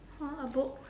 !huh! a book